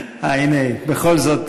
הנה, בכל זאת,